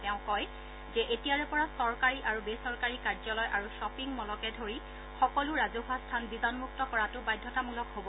তেওঁ কয় যে এতিয়াৰে পৰা চৰকাৰী আৰু বেচৰকাৰী কাৰ্যালয় আৰু শ্বপিং ম'লকে ধৰি সকলো ৰাজহুৱা স্থান বীজাণুমুক্ত কৰাটো বাধ্যতামূলক হ'ব